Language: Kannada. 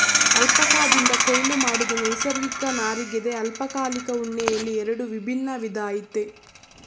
ಅಲ್ಪಕಾದಿಂದ ಕೊಯ್ಲು ಮಾಡಿದ ನೈಸರ್ಗಿಕ ನಾರಗಿದೆ ಅಲ್ಪಕಾಲಿಕ ಉಣ್ಣೆಯಲ್ಲಿ ಎರಡು ವಿಭಿನ್ನ ವಿಧ ಆಯ್ತೆ